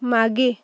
मागे